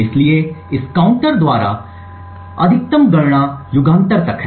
इसलिए इस काउंटर द्वारा अनुमेय अधिकतम गणना युगांतर तक है